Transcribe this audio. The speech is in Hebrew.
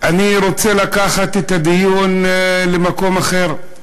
אני רוצה לקחת את הדיון למקום אחר.